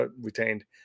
Retained